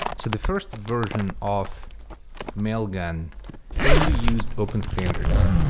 so the first version of mailgun only used open standards,